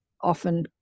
often